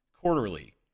quarterly